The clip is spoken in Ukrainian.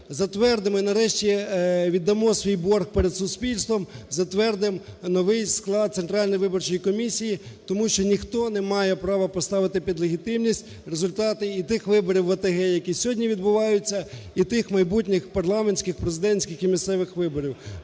затвердимо і нарешті віддамо свій борг перед суспільством, затвердимо новий склад Центральної виборчої комісії, тому що ніхто не має права поставити під легітимність результати і тих виборів в ОТГ, які сьогодні відбуваються, і тих майбутніх парламентських, президентських і місцевих виборів.